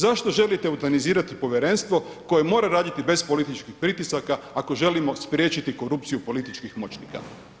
Zašto želite eutanazirati povjerenstvo koje mora raditi bez političkih pritisaka, ako želimo spriječiti korupcija političkih moćnika?